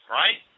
right